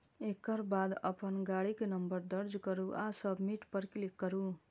एकर बाद अपन गाड़ीक नंबर दर्ज करू आ सबमिट पर क्लिक करू